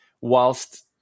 whilst